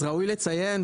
אז ראוי לציין,